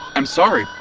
i'm sorry,